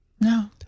No